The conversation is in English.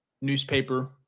newspaper